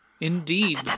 indeed